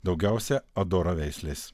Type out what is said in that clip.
daugiausia adora veislės